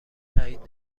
تأیید